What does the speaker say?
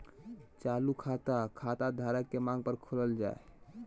चालू खाता, खाता धारक के मांग पर खोलल जा हय